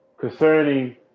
concerning